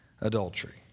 adultery